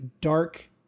dark